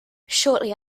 shortly